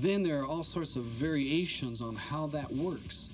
then there are all sorts of variations on how that works